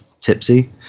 tipsy